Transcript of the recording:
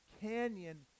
canyon